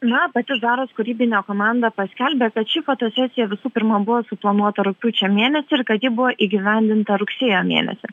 na pati zaros kūrybinė komanda paskelbė kad ši fotosesija visų pirma buvo suplanuota rugpjūčio mėnesį ir kad ji buvo įgyvendinta rugsėjo mėnesį